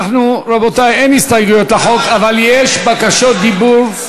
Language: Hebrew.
רבותי, אין הסתייגויות לחוק אבל יש בקשות דיבור.